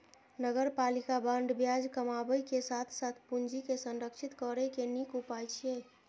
नगरपालिका बांड ब्याज कमाबै के साथ साथ पूंजी के संरक्षित करै के नीक उपाय छियै